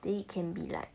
then you can be like